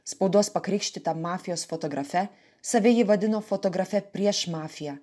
spaudos pakrikštyta mafijos fotografe save ji vadino fotografe prieš mafiją